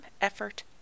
effort